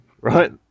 Right